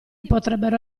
potrebbero